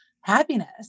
happiness